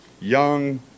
young